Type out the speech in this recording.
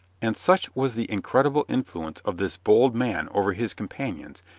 and such was the incredible influence of this bold man over his companions,